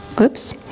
Oops